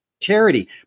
charity